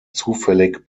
zufällig